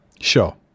Sure